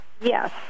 Yes